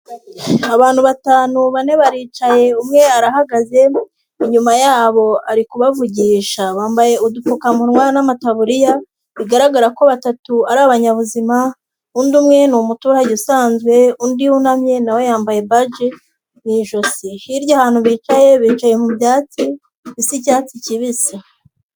Abantu batanu, bane baricaye, umwe arahagaze inyuma yabo ari kubavugisha, bambaye udupfukamunwa n'amataburiya bigaragara ko batatu ari abanyabuzima, undi umwe ni umuturage usanzwe, undi wunamye na we yambaye baji mu ijosi, hirya ahantu bicaye bicaye mu byatsi bisa icyatsi kibisi.